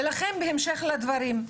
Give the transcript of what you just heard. ולכן בהמשך לדברים,